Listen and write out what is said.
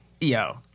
Yo